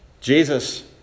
Jesus